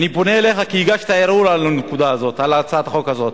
אני פונה אליך כי הגשת ערעור על הצעת החוק הזאת,